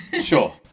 Sure